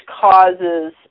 causes